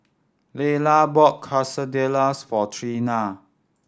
Lyla bought Quesadillas for Trena